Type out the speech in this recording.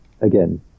again